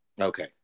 Okay